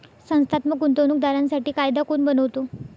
संस्थात्मक गुंतवणूक दारांसाठी कायदा कोण बनवतो?